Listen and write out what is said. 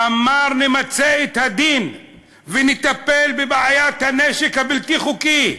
אמר: נמצה את הדין ונטפל בבעיית הנשק הבלתי-חוקי.